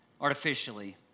artificially